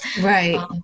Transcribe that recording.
right